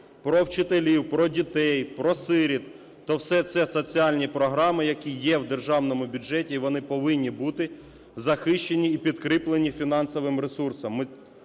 про вчителів, про дітей, про сиріт, то все це соціальні програми, які є в державному бюджеті, і вони повинні бути захищені і підкріплені фінансовим ресурсом.